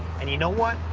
and you know what?